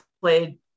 played